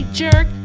jerk